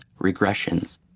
regressions